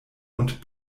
und